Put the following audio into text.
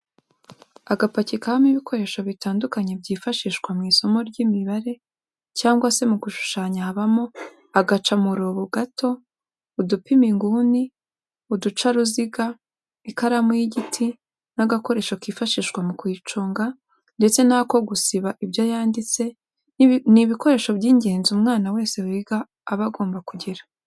Agapaki kabamo ibikoresho bitandukanye byifashishwa mw'isomo ry'imibare cyangwa se mu gushushanya habamo agacamurobo gato, udupima inguni, uducaruziga ,ikaramu y'igiti n'agakoresho kifashishwa mu kuyiconga ndetse n'ako gusiba ibyo yanditse, ni ibikoresho by'ingenzi umwana wese wiga aba agomba kugira.